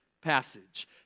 passage